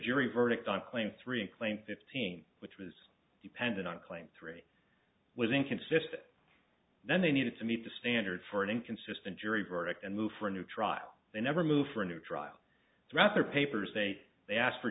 jury verdict on claim three and claim fifteen which was dependent on claim three was inconsistent then they needed to meet the standard for an inconsistent jury verdict and move for a new trial they never move for a new trial throughout their papers say they asked for